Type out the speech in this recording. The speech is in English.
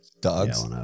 Dogs